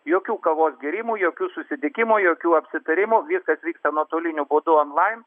jokių kavos gėrimų jokių susitikimų jokių apsitarimų viskas vyksta nuotoliniu būdu onlain